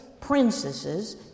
Princesses